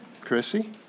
Chrissy